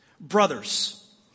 brothers